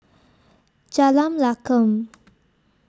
Jalan Lakum